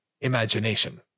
imagination